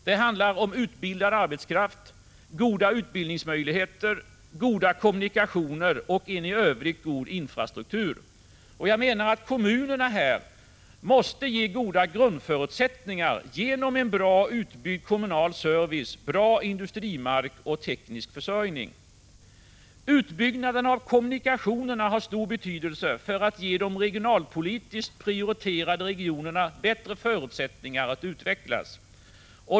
Det handlar om utbildad arbetskraft, goda utbildningsmöjigheter, goda kommunikationer och en i övrigt god infrastruktur. Kommunerna måste här ge goda grundförutsättningar genom en väl utbyggd kommunal service, bra industrimark och teknisk försörjning. Utbyggnaden av kommunikationerna har stor betydelse för att ge de regionalpolitiskt prioriterade regionerna bättre förutsättningar att utvecklas.